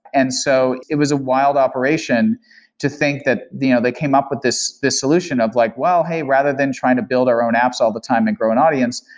and so it was a wild operation to think that you know they came up with this this solution of like, well, hey, rather than trying to build our own apps all the time and grow an audience,